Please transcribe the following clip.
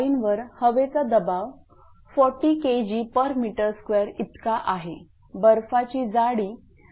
लाईनवर हवेचा दबाव 40 Kgm2 इतका आहे बर्फाची जाडी1